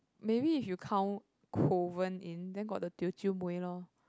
maybe if you count Kovan in then got the Teochew mui lor